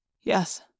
Yes